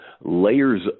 layers